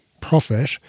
profit